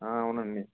అవునండి